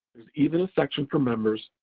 even a section for members,